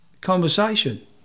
conversation